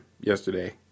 yesterday